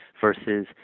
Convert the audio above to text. versus